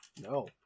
No